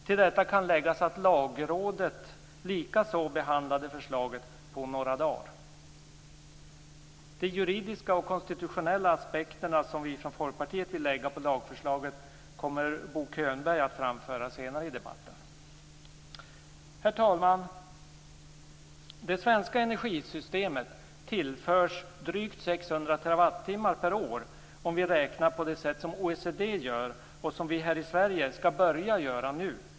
Till detta kan läggas att Lagrådet likaså behandlade förslaget på några dagar. De juridiska och konstitutionella aspekter som vi från Folkpartiet vill lägga på lagförslaget kommer Bo Könberg att framföra senare i debatten. Herr talman! Det svenska energisystemet tillförs drygt 600 TWh per år, om vi räknar som OECD gör och som vi i Sverige skall börja göra nu.